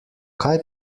kaj